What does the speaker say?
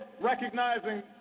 recognizing